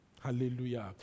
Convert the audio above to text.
Hallelujah